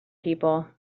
people